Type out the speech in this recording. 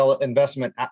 investment